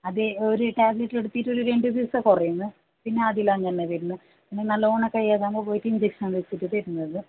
അതെ ഒരു ടാബ്ലറ്റ് എടുത്തിട്ടുള്ളതിൽ രണ്ടു മൂന്ന് ദിവസം കുറയുന്നു പിന്നെ അതിലാണ് അങ്ങനെ വരുന്നത് പിന്നെ നല്ലോണൊക്കെ വയ്യാതാവുമ്പോൾ പോയിട്ട് ഇൻജെക്ഷൻ എന്താണ് വച്ചാൽ എടുത്തിട്ട് വരുന്നത്